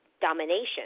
domination